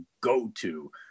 go-to